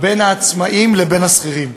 בין העצמאים לבין השכירים.